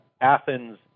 Athens